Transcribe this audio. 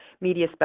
media